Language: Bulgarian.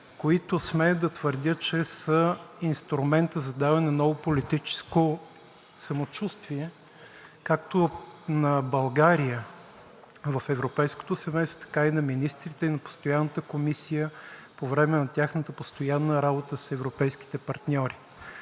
които, смея да твърдя, че са инструментът за даване на ново политическо самочувствие както на България в европейското семейство, така и на министрите, и на Постоянната комисия по време на тяхната постоянна работа с европейските партньори.